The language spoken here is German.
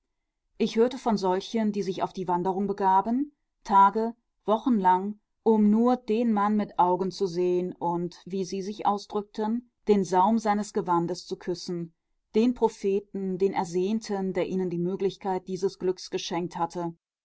ich hörte von solchen die sich auf die wanderung begaben tage wochenlang um nur den mann mit augen zu sehen und wie sie sich ausdrückten den saum seines gewandes zu küssen den propheten den ersehnten der ihnen die möglichkeit dieses glücks geschenkt hatte